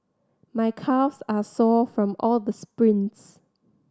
my calves are sore from all the sprints